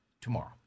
tomorrow